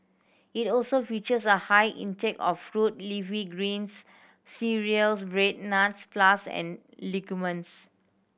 it also features a high intake of fruit leafy greens cereals bread nuts plus and legumes